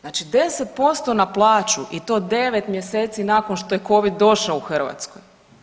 Znači 10% na plaću i to 9 mjeseci nakon što je Covid došao u Hrvatskoj.